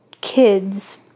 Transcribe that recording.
kids